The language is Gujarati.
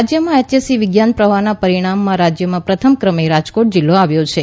રાજ્યમાં એચએસસી વિજ્ઞાન પ્રવાહના પરિણામમાં રાજ્યમાં પ્રથમ ક્રમે રાજકોટ જિલ્લો આવ્યો છે